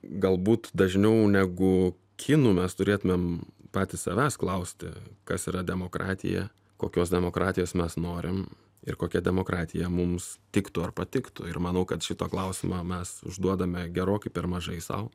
galbūt dažniau negu kinų mes turėtumėm patys savęs klausti kas yra demokratija kokios demokratijos mes norim ir kokia demokratija mums tiktų ar patiktų ir manau kad šitą klausimą mes užduodame gerokai per mažai sau